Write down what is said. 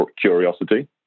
curiosity